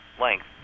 length